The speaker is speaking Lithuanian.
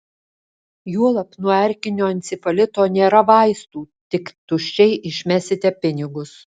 juolab nuo erkinio encefalito nėra vaistų tik tuščiai išmesite pinigus